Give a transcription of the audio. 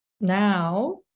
now